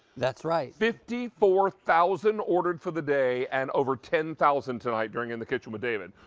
that's right. fifty four thousand ordered for the day and over ten thousand tonight during in the kitchen with david.